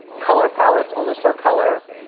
color palettes only store color,